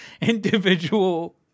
individual